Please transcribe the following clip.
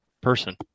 person